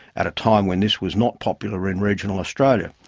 at a time when this was not popular in regional australia.